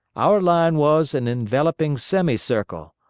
our line was an enveloping semi circle,